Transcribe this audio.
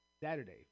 Saturday